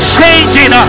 changing